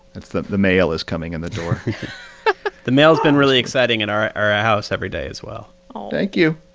that's the the mail is coming in the door the mail has been really exciting and in our ah house every day as well thank you.